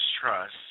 trust